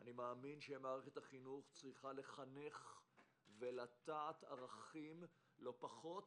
אני מאמין שמערכת החינוך צריכה לחנך ולטעת ערכים לא פחות